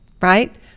Right